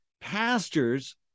pastors